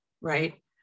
right